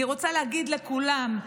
אני רוצה להגיד לכולם,